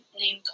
name